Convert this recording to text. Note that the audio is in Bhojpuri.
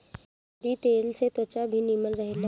एकरी तेल से त्वचा भी निमन रहेला